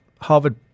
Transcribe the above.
Harvard